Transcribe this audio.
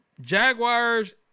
Jaguars